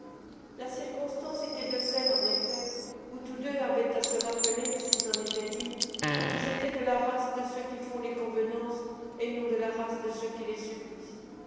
la circonstance était de celles en effet où tous deux avaient à se rappeler s'ils en étaient dignes qu'ils étaient de la race de ceux qui font les convenances et non de la race de ceux qui les subissent